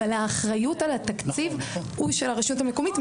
אבל האחריות על התקציב היא של הרשות המקומית.